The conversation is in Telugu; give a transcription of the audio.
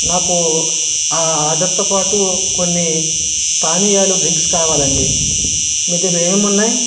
నాకు ఆ ఆర్డర్తో పాటు కొన్ని పానీయాలు డ్రింక్స్ కావాలండి మీ దగ్గర ఏమేమి ఉన్నాయి